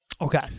Okay